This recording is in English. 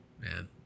Man